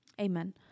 Amen